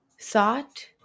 Thought